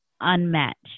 unmatched